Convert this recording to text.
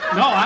no